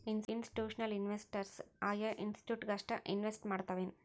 Institutional investors ಆಯಾ institute ಗಷ್ಟ invest ಮಾಡ್ತಾವೆನ್?